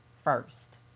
first